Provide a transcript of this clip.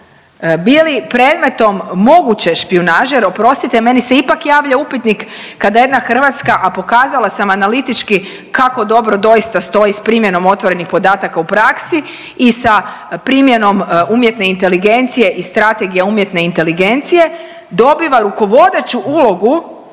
bili predmetom moguće špijunaže jer, oprostite, meni se ipak javlja upitnik kada jedna Hrvatska, a pokazala sam analitički kako dobro doista stoji s primjenom otvorenih podataka u praksi i sa primjenom umjetne inteligencije i strategije UI-a dobiva rukovodeću ulogu